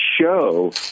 show